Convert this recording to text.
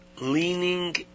leaning